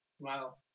Wow